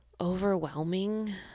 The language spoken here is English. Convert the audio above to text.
overwhelming